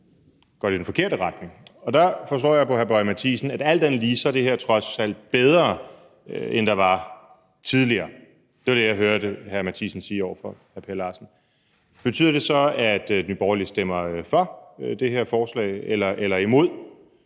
går i den forkerte retning. Og der forstår jeg på hr. Lars Boje Mathiesen, at alt andet lige er det her trods alt bedre end det, der var tidligere. Det var det, som jeg hørte hr. Lars Boje Mathiesen sige over for hr. Per Larsen. Betyder det så, at Nye Borgerlige stemmer for det her forslag eller imod?